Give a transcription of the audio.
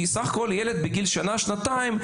בסך הכול ילד בגיל שנה, שנתיים,